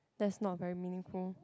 that's not very meaningful